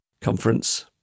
Conference